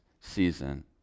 season